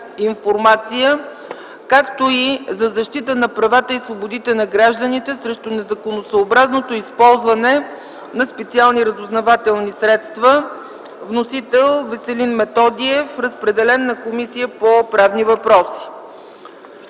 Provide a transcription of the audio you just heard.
информация, както и за защита на правата и свободите на гражданите срещу незаконосъобразното използване на специални разузнавателни средства. Вносител – Веселин Методиев. Разпределен е на Комисията по правни въпроси.